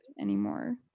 anymore